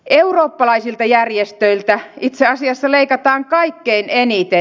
eurooppalaisilta järjestöiltä itse asiassa leikataan kaikkein eniten